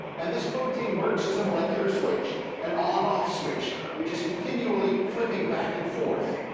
and this protein works as a molecular switch an on off switch which is continually flipping back and forth.